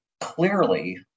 clearly